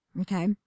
Okay